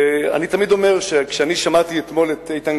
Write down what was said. ואני תמיד אומר שאני שמעתי אתמול את איתן